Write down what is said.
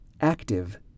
active